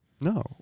no